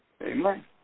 Amen